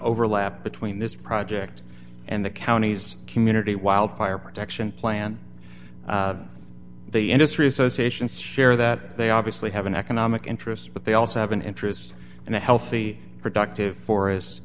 overlap between this project and the county's community wildfire protection plan the industry associations share that they obviously have an economic interest but they also have an interest in a healthy productive for